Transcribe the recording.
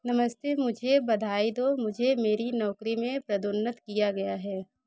नमस्ते मुझे बधाई दो मुझे मेरी नौकरी में पदोन्नत किया गया है